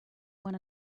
one